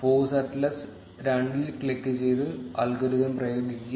force Atlas 2 ൽ click ചെയ്ത് algorithm പ്രയോഗിക്കുക